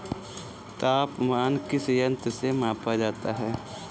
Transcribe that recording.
तापमान किस यंत्र से मापा जाता है?